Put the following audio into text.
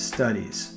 Studies